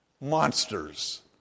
Monsters